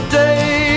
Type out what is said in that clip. day